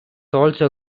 also